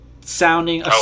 sounding